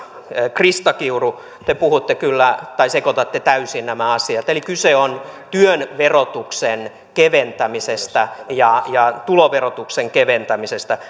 krista kiuru te kyllä sekoitatte täysin nämä asiat eli kyse on työn verotuksen keventämisestä ja ja tuloverotuksen keventämisestä